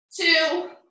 two